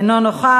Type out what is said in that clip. אינו נוכח.